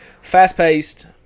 Fast-paced